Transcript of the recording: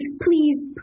please